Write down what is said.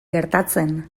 gertatzen